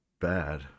bad